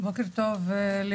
בוקר טוב לכולם,